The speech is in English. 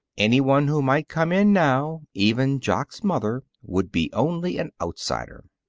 anyone who might come in now even jock's mother would be only an outsider.